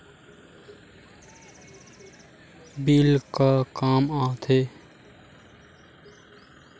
Bill का काम आ थे?